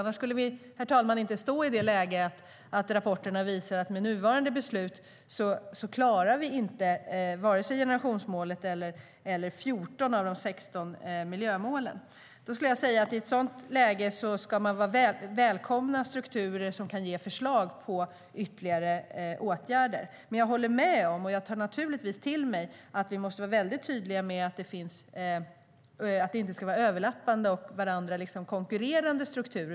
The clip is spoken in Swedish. Annars skulle vi inte stå i det läget att rapporterna visar att vi med nuvarande beslut inte klarar vare sig generationsmålet eller 14 av de 16 miljömålen, herr talman. Jag skulle vilja säga att man i ett sådant läge ska välkomna strukturer som kan ge förslag på ytterligare åtgärder. Jag håller dock med om och tar naturligtvis till mig att vi måste vara väldigt tydliga med att det inte ska vara överlappande och med varandra konkurrerande strukturer.